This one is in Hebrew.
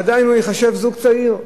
עדיין הוא ייחשב זוג צעיר,